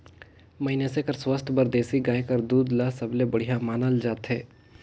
मइनसे कर सुवास्थ बर देसी गाय कर दूद ल सबले बड़िहा मानल जाथे